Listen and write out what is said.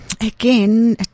Again